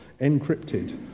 encrypted